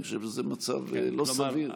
אני חושב שזה מצב לא סביר.